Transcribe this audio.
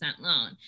loan